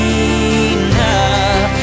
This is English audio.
enough